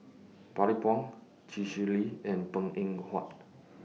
Bani Buang Chee Swee Lee and Png Eng Huat